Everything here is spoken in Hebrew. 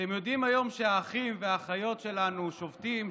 אתם יודעים שהיום האחים והאחיות שלנו שובתים,